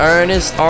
Ernest